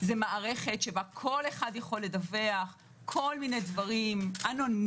זה מערכת שבה כל אחד יכול לדווח כל מיני דברים אנונימיים,